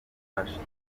hashize